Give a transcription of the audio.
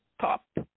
top